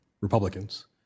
Republicans